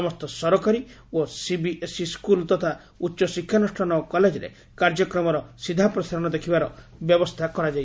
ସମସ୍ତ ସରକାରୀ ଓ ସିବିଏସ୍ସି ସ୍କଲ୍ ତଥା ଉଚ୍ଚଶିକ୍ଷାନୁଷ୍ଠାନ ଓ କଲେଜରେ କାର୍ଯ୍ୟକ୍ରମର ସିଧାପ୍ରସାରଣ ଦେଖିବାର ବ୍ୟବସ୍ଥା କରାଯାଇଛି